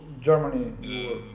germany